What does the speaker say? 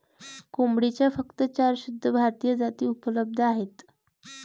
कोंबडीच्या फक्त चार शुद्ध भारतीय जाती उपलब्ध आहेत